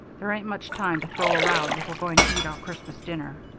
there ain't much time to throw around if we're going to eat our christmas dinner.